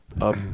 up